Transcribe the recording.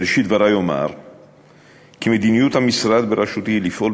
בראשית דברי אומר כי מדיניות המשרד בראשותי היא לפעול